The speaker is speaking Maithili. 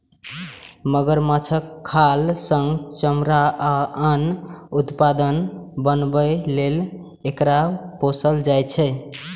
मगरमच्छक खाल सं चमड़ा आ आन उत्पाद बनाबै लेल एकरा पोसल जाइ छै